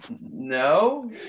no